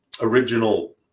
original